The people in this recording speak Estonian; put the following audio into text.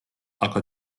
aga